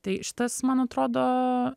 tai šitas man atrodo